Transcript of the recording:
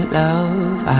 love